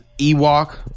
Ewok